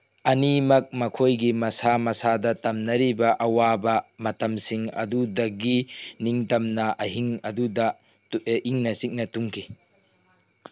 ꯑꯅꯤꯃꯛ ꯃꯈꯣꯏꯒꯤ ꯃꯁꯥ ꯃꯁꯥꯗ ꯇꯝꯅꯔꯤꯕ ꯑꯋꯥꯕ ꯃꯇꯝꯁꯤꯡ ꯑꯗꯨꯗꯒꯤ ꯅꯤꯡꯇꯝꯅ ꯑꯍꯤꯡ ꯑꯗꯨꯗ ꯏꯪꯅ ꯆꯤꯛꯅ ꯇꯨꯝꯈꯤ